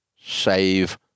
save